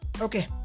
Okay